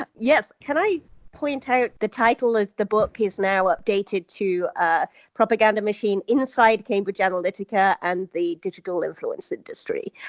but yes. can i point out the title of the book is now updated to ah propaganda machine inside cambridge analytica and the digital influence industry.